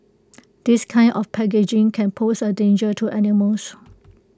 this kind of packaging can pose A danger to animals